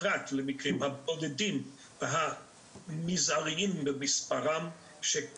פרט למקרים בודדים ומזעריים במספרם בהם